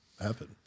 happen